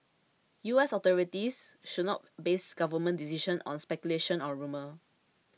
U S authorities should not base government decisions on speculation or rumour